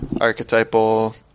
archetypal